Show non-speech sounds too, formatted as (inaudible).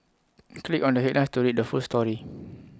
(noise) click on the headlines to read the full story